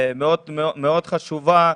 מאוד חשובה.